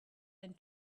end